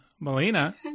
Melina